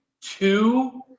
two